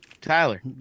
Tyler